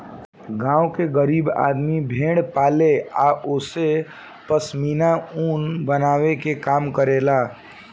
गांव के गरीब आदमी भेड़ पाले आ ओसे पश्मीना ऊन बनावे के काम करेला